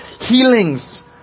Healings